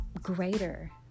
greater